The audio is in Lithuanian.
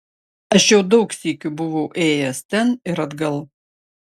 aš jau daug sykių buvau ėjęs ten ir atgal